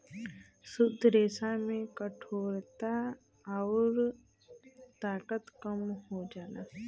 शुद्ध रेसा में कठोरता आउर ताकत कम हो जाला